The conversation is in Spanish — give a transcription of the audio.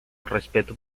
respeto